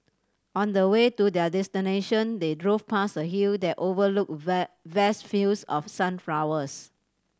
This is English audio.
on the way to their destination they drove past a hill that overlooked vast fields of sunflowers